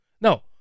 No